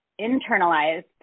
internalized